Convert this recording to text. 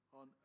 on